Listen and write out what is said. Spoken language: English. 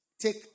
take